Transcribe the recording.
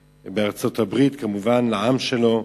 בארצות-הברית, כמובן לעם שלו,